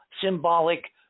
symbolic